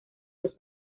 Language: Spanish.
los